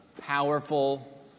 powerful